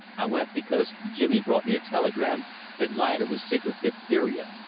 i went because jimmy brought me a telegram that lida was sick with diphtheria.